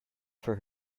for